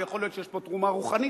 ויכול להיות שיש פה תרומה רוחנית,